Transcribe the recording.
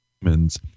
humans